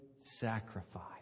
sacrifice